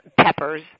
peppers